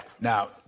Now